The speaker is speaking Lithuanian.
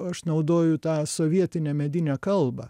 aš naudoju tą sovietinę medinę kalbą